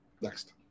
Next